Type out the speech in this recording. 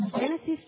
Genesis